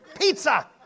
pizza